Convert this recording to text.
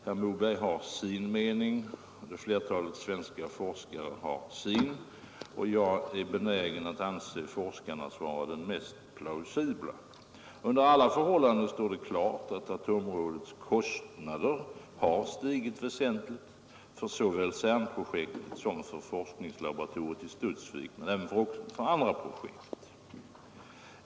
Herr Moberg har sin mening, och flertalet svenska forskare har sin, och jag är benägen att anse forskarnas vara den mest plausibla. Under alla förhållanden står det klart att atområdets kostnader har stigit väsentligt för såväl CERN-projektet som för forskningslaboratoriet i Studsvik men även för andra projekt.